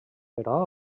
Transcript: però